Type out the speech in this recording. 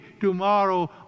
tomorrow